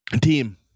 Team